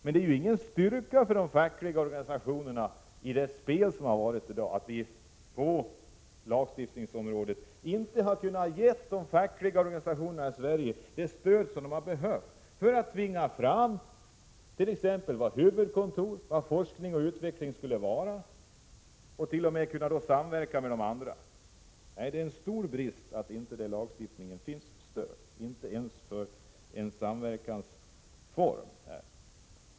Men det är ingen styrka för de svenska fackliga organisationerna i det spel som varit att man på lagstiftningens område inte har kunnat ge dem det stöd som de har behövt för att få möjlighet att tvinga fram beslut om exempelvis var huvudkontor, forskning och utveckling skall finnas, och även kunna samverka med de andra organisationerna. Nej, det är en stor brist att det inte finns något stöd i lagstiftningen, inte ens för en samverkansform.